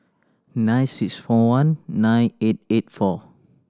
nine six four one nine eight eight four